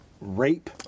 rape